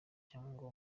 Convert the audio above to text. cyangwa